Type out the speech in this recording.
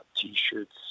T-shirts